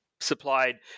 Supplied